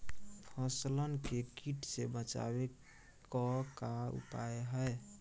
फसलन के कीट से बचावे क का उपाय है?